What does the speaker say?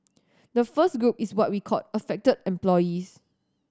the first group is what we called affected employees